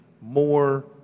more